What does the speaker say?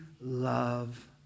love